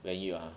where you are